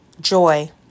joy